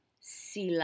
Sila